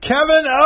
Kevin